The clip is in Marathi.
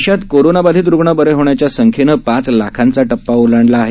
देशात कोरोनाबाधित रुग्ण बरे होण्याच्या संख्येनं पाच लाखांचा टप्पा ओलांडला आहे